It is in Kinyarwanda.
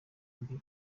mbi